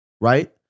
right